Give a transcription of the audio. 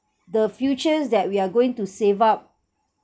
the futures that we are going to save up